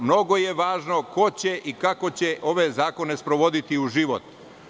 Mnogo je važno ko će i kako će ove zakone sprovoditi u život.